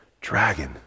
dragon